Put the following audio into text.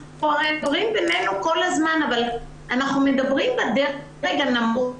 אנחנו מדברים בינינו כל הזמן אבל אנחנו מדברים בדרג הנמוך.